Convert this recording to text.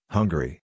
Hungary